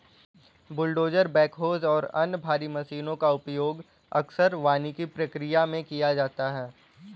bulldozer backhoes और अन्य भारी मशीनों का उपयोग अक्सर वानिकी प्रक्रिया में किया जाता है